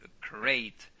Great